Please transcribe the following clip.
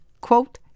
quote